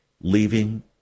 leaving